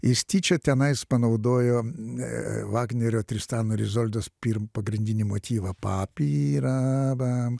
jis tyčia tenais panaudojo ne vagnerio tristano ir izoldos pirmą pagrindinį motyvą papira bam